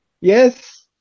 Yes